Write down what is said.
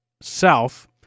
South